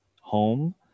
home